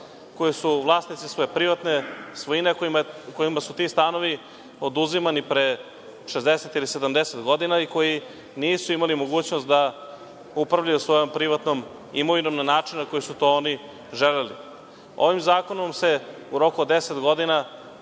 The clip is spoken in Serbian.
koji su vlasnici svoje privatne svojine, kojima su ti stanovi oduzimani pre 60 ili 70 godina i koji nisu imali mogućnost da upravljaju svojom imovinom na način na koji su to oni želeli. Ovim zakonom se u roku od deset godina